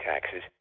taxes